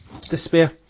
despair